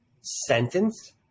sentence